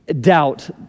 doubt